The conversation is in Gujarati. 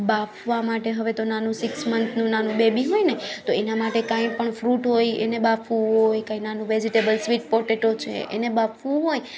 બાફવા માટે હવે તો નાનું સિક્સ મંથનું નાનું બેબી હોયને તો એના માટે કંઈ પણ ફ્રૂટ હોય એને બાફવું હોય કઈ નાનું વેજિટેબલ્સ સ્વીટ પોટેટો છે એને બાફવું હોય તો